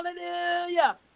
Hallelujah